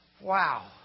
Wow